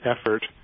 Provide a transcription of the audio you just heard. effort